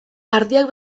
ardiak